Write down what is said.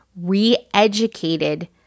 re-educated